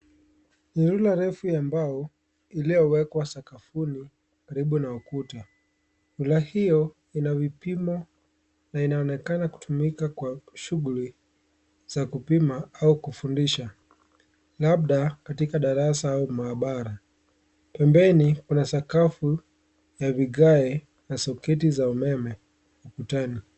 Rula refu ya mbao iliyowekwa sakafuni karibu na ukuta, rula hiyo iko na vipimo na inaonekana kutumika kwa shughuli za kupima au kufundisha labda katika darasa au maabara, pembeni kuna sakafu ya vigae na soketi za umeme ukutani.